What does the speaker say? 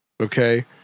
okay